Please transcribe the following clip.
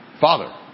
Father